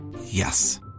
Yes